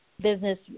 business